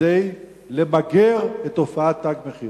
כדי למגר את תופעת "תג מחיר"?